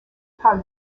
pas